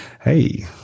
Hey